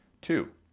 Two